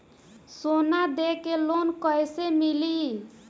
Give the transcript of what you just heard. सोना दे के लोन कैसे मिली?